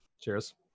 cheers